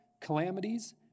calamities